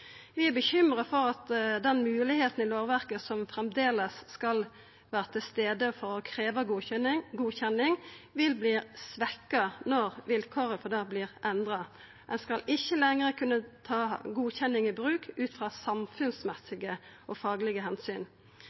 Vi er bekymra for at den moglegheita i lovverket som framleis skal vera til stades for å krevja godkjenning, vil verta svekt når vilkåret for dette vert endra. Ein skal ikkje lenger kunna ta godkjenning i bruk ut frå samfunnsmessige og faglege